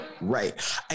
Right